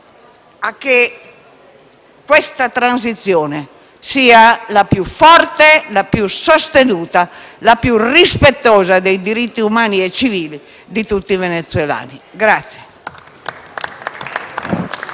affinché questa transizione sia la più forte, la più sostenuta e la più rispettosa possibile dei diritti umani e civili di tutti i venezuelani?